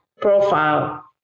profile